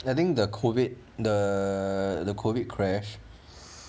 I think the COVID the the COVID crash